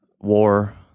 war